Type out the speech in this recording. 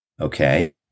okay